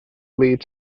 lead